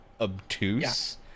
obtuse